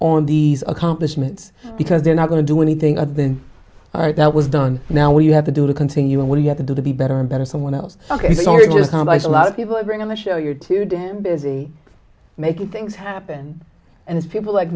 on these accomplishments because they're not going to do anything other than that was done now what you have to do to continue and what you have to do to be better and better someone else ok so you're just a lot of people are going to show you're too damn busy making things happen and it's people like